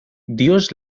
dios